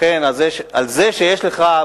לכן זה שיש לך,